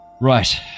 Right